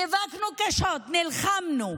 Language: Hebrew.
נאבקנו קשות, נלחמנו,